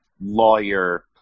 lawyer